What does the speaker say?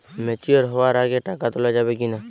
Mature হওয়ার আগে টাকা তোলা যাবে কিনা?